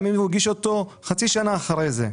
גם אם הוא הגיש אותו חצי שנה אחרי שנה.